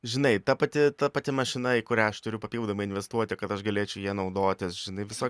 žinai ta pati ta pati mašina į kurią aš turiu papildomai investuoti kad aš galėčiau ja naudotis žinai viso